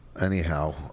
Anyhow